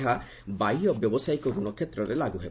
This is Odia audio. ଏହା ବାହ୍ୟ ବ୍ୟବସାୟିକ ଋଣ କ୍ଷେତ୍ରରେ ଲାଗୁ ହେବ